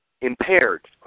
impaired